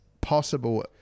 possible